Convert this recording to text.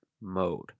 mode